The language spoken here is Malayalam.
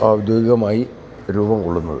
ഔദ്യോഗികമായി രൂപം കൊള്ളുന്നത്